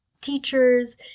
teachers